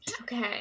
okay